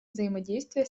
взаимодействие